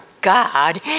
God